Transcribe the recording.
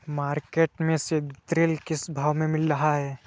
Market में सीद्रिल किस भाव में मिल रहा है?